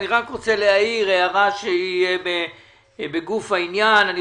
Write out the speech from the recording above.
אני רוצה להעיר הערה שתהיה בגוף העניין: אני